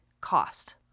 cost